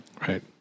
Right